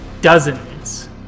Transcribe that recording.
dozens